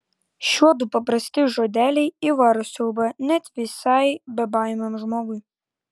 šiuodu paprasti žodeliai įvaro siaubą net visai bebaimiam žmogui